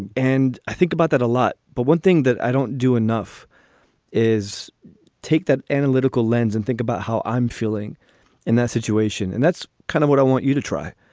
and i think about that a lot. but one thing that i don't do enough is take that analytical lens and think about how i'm feeling in that situation. and that's kind of what i want you to try.